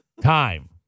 time